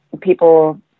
people